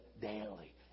daily